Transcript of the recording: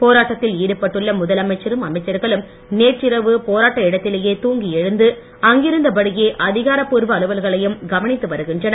போராட்டத்தில் ஈடுபட்டுள்ள முதலமைச்சரும் அமைச்சர்களும் நேற்றிரவு போராட்ட இடத்திலேயெ தூங்கி எழுந்து அங்கிருந்த படியே அதிகார பூர்வ அலுவல்களையும் கவனித்து வருகின்றனர்